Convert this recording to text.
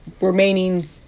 remaining